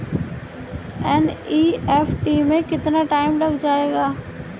NEFT में कितना time लग जाएगा?